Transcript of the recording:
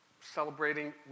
celebrating